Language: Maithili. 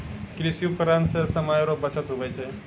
कृषि उपकरण से समय रो बचत हुवै छै